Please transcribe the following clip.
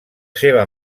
seva